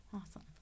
Awesome